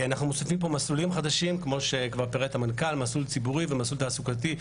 אנחנו מוסיפים פה מסלולים חדשים מסלול ציבורי ומסלול תעסוקתי,